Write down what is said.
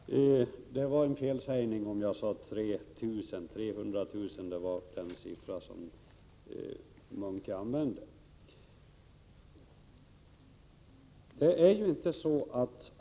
Herr talman! Det var en felsägning, om jag sade 3 000. 300 000 var den siffra som Munke använde.